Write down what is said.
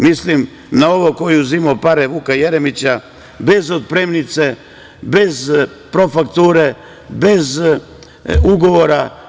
Mislim na ovo ko je uzimao pare, Vuka Jeremića, bez otpremnice, bez profakture, bez ugovora.